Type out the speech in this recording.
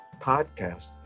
podcast